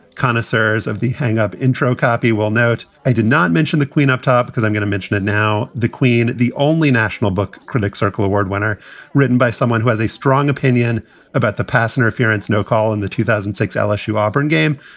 connoisseurs of the hang up intro copy will note. i did not mention the queen up top because i'm going to mention it now. the queen, the only national book critics circle award winner written by someone who has a strong opinion about the pass interference. no call in the two thousand and six lsu auburn game.